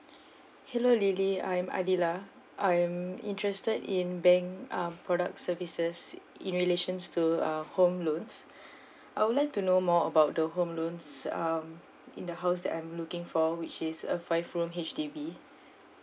hello lily I'm adilah I am interested in bank uh products services in relations to uh home loans I would like to know more about the home loans um in the house that I'm looking for which is a five room H_D_B